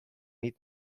nit